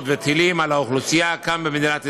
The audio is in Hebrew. וטילים על האוכלוסייה כאן במדינת ישראל.